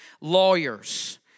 lawyers